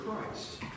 Christ